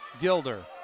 Gilder